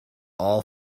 all